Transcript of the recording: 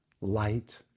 light